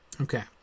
Okay